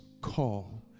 call